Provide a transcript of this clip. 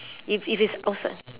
if if it's outside